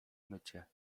mycie